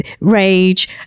rage